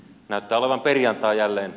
näyttää olevan perjantai jälleen